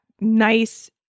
nice